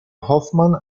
hoffman